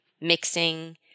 mixing